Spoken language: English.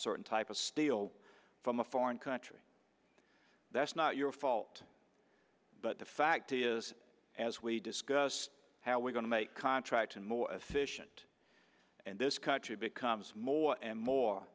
certain type of steel from a foreign country that's not your fault but the fact is as we discussed how we're going to make contracts and more efficient and this country becomes more and more